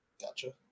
Gotcha